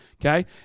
okay